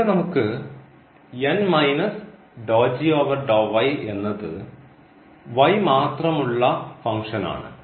ഇവിടെ നമുക്ക്എന്നത് മാത്രമുള്ള ഫംഗ്ഷൻ ആണ്